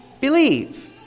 believe